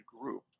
group